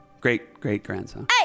Great-great-grandson